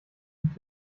den